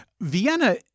Vienna